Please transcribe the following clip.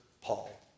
Paul